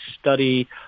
study